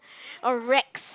or Rex